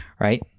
right